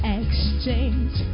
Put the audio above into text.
exchange